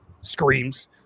screams